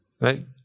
Right